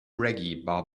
reggae